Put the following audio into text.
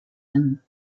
him